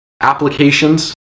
applications